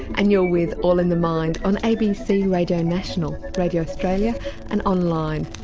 and you're with all in the mind on abc radio national, radio australia and online.